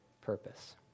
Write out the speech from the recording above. purpose